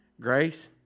Grace